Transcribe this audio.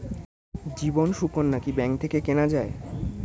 জীবন সুকন্যা কি ব্যাংক থেকে কেনা যায়?